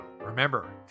Remember